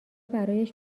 برایش